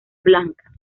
blancas